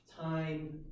time